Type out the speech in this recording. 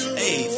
hey